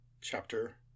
Chapter